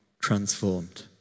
transformed